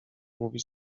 mówi